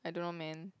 I don't know man